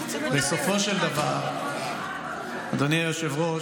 אני בתוך התחום הזה כבר למעלה מ-20 שנה.